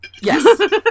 yes